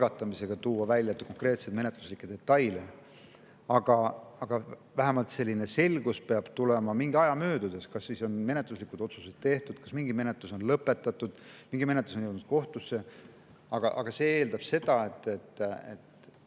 tuua konkreetseid menetluslikke detaile, aga vähemalt see selgus peab tulema mingi aja möödudes, kas on menetluslikud otsused tehtud, kas mingi menetlus on lõpetatud, kas mingi menetlus on jõudnud kohtusse. Aga see eeldab seda, et